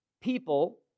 people